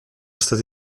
state